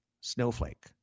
Snowflake